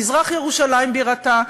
מזרח-ירושלים בירתה,